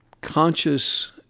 conscious